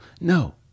No